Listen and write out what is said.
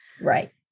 Right